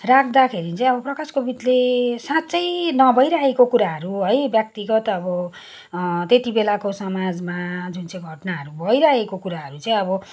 राख्दाखेरि चाहिँ अब प्रकाश कोविदले साँच्चै नभइरहेको कुराहरू है व्यक्तिगत अब त्यति बेलाको समाजमा जुन चाहिँ घटनाहरू भइरहेको कुराहरू चाहिँ अब